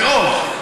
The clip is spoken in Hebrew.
מאוד,